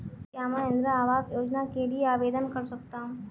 क्या मैं इंदिरा आवास योजना के लिए आवेदन कर सकता हूँ?